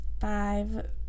five